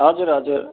हजुर हजुर